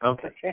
Okay